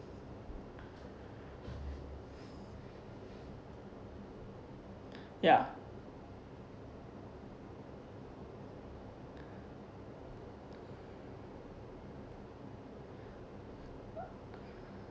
ya